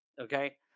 Okay